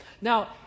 Now